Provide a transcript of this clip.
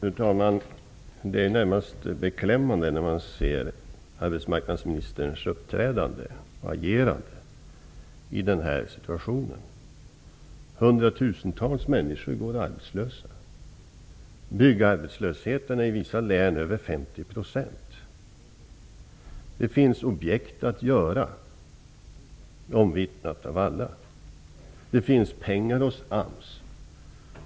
Fru talman! Arbetsmarknadsministerns uppträdande och agerande är närmast beklämmande i den här situationen. Hundratusentals människor går ju arbetslösa. Byggarbetslösheten överstiger 50 % i vissa län. Det finns objekt att ta itu med. Det är omvittnat av alla. Det finns också pengar hos AMS.